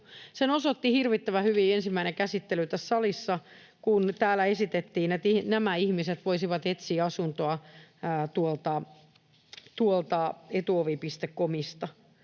Sen osoitti hirvittävän hyvin ensimmäinen käsittely tässä salissa, kun täällä esitettiin, että nämä ihmiset voisivat etsiä asuntoa tuolta Etuovi.comista.